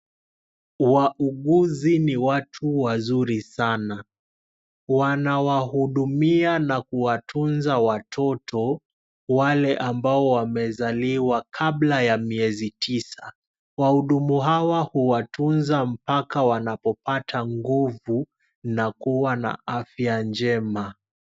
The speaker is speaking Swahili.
Wauguzi ni watu wazuri sana wanawahudumia na kuwatunza watoto wale ambao wamezaliwa kabla ya miezi tisa . Wahudumu hawa huwatunza mpaka wanapopata nguvu na kuwa na afya njema.